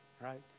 right